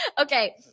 okay